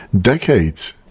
decades